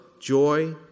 joy